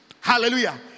Hallelujah